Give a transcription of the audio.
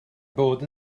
bod